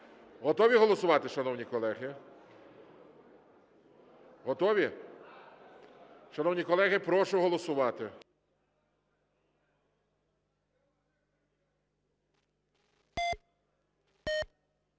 Готові голосувати, шановні колеги? Готові? Шановні колеги, прошу голосувати.